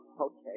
Okay